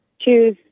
choose